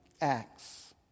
Acts